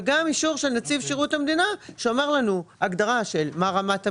וגם אישור של נציב שירות המדינה שאומר לנו הגדרה של מה רמת המשרה,